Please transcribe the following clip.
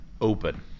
Open